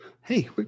Hey